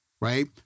right